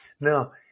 Now